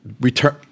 Return